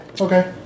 okay